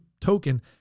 token—